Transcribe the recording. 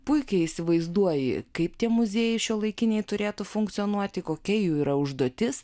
puikiai įsivaizduoji kaip tie muziejai šiuolaikiniai turėtų funkcionuoti kokia jų yra užduotis